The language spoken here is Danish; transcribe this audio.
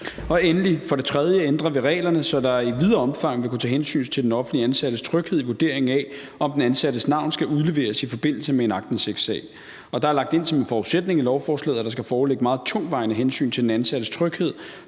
ændrer vi for det tredje reglerne, så der i videre omfang vil kunne tages hensyn til den offentligt ansattes tryghed i vurderingen af, om den ansattes navn skal kunne udleveres i forbindelse med en aktindsigtssag, og der er lagt ind som en forudsætning i lovforslaget, at der skal foreligge meget tungtvejende hensyn til den ansattes tryghed,